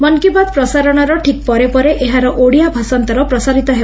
ମନ୍ କି ବାତ୍ ପ୍ରସାରଣର ଠିକ୍ ପରେ ପରେ ଏହାର ଓଡ଼ିଆ ଭାଷାନ୍ତର ପ୍ରସାରିତ ହେବ